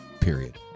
period